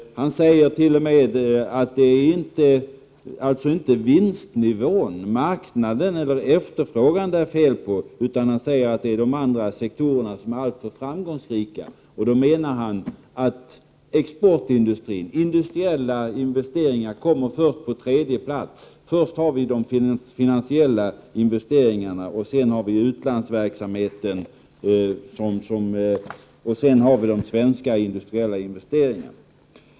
Han säger t.o.m. att det inte är vinstnivån, marknaden eller efterfrågan det är fel på, utan att det är de andra sektorerna som är alltför framgångsrika. Då menar han att exportindustrin, 133 industriella investeringar, kommer först på tredje plats. Först har vi de finansiella investeringarna, sedan har vi utlandsverksamheten och därefter de svenska industriella investeringarna.